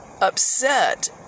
upset